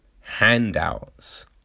handouts